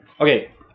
okay